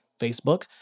Facebook